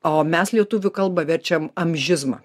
o mes lietuvių kalba verčiam amžizmą